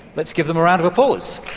let's give them a round of applause.